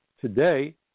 Today